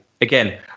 again